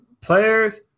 players